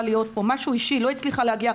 להיות כאן אבל בגלל משהו אישי היא לא הצליחה להגיע.